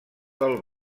del